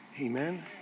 Amen